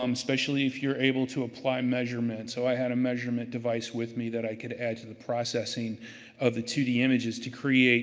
um especially if you're able to apply measurements. so, i had a measurement device with me that i could add to the processing of the two d images to create